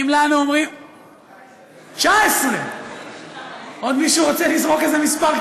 19. 19. עוד מישהו רוצה לזרוק איזה מספר?